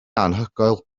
anhygoel